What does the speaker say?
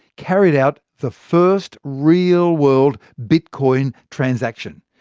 carried out the first real-world bitcoin transaction.